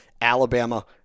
Alabama